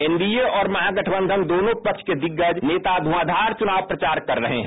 NDA और महागठबंधन दोनों पक्ष के दिग्गज नेता धुंआधार चुनाव प्रचार कर रहे है